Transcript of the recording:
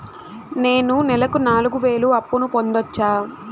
నేను నెలకు నాలుగు వేలు అప్పును పొందొచ్చా?